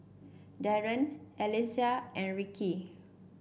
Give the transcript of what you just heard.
Dandre Alecia and Ricki